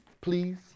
Please